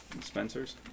Spencers